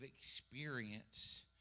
experience